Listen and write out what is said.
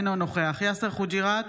אינו נוכח יאסר חוג'יראת,